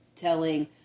telling